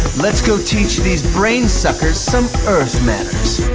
let's go teach these brain suckers some earth manners.